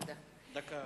תודה.